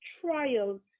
trials